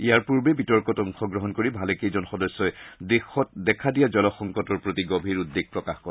ইয়াৰ পুৰ্বে বিতৰ্কত অংশগ্ৰহণ কৰি ভালেকেইজন সদস্যই দেশত দেখা দিয়া জলসংকটৰ প্ৰতি গভীৰ উদ্বেগ প্ৰকাশ কৰে